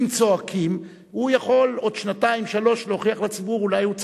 אם צועקים הוא יכול עוד שנתיים-שלוש להוכיח לציבור שאולי הוא צדק.